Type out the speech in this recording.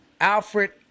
Alfred